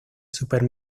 super